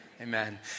Amen